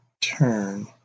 turn